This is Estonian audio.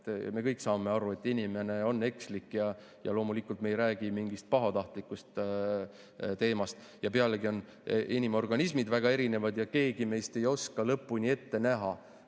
Me kõik saame aru, et inimene on ekslik, ja loomulikult me ei räägi mingist pahatahtlikust teemast. Pealegi on inimorganismid väga erinevad ja keegi meist ei oska lõpuni ette näha,